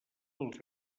dels